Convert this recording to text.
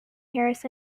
harris